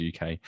uk